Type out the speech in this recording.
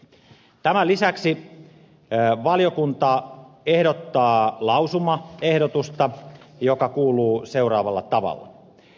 tämän lisäksi valiokunta ehdottaa lausumaa joka kuuluu seuraavalla tavalla